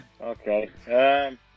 Okay